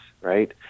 right